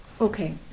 Okay